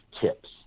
tips